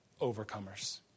overcomers